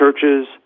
churches